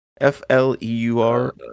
f-l-e-u-r